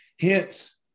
Hence